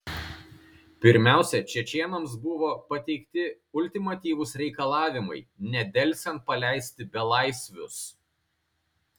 pirmiausia čečėnams buvo pateikti ultimatyvūs reikalavimai nedelsiant paleisti belaisvius